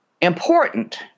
important